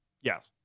Yes